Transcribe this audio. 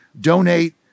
Donate